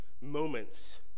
moments